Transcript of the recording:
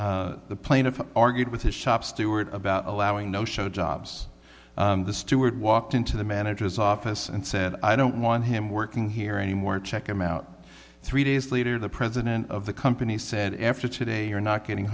motion the plaintiff argued with his shop steward about allowing no show jobs the steward walked into the manager's office and said i don't want him working here anymore check him out three days later the president of the company said after today you're not getting